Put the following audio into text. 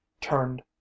turned